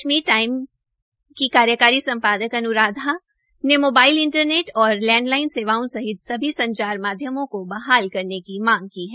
Kashmir Times की कार्यकारी संपादक अन्राधा भसीन ने मोबाइल इंटरनेट और लैडलाइन सेवाओं सहित सभी संचार माध्यमों को बहाल करने की मांग की है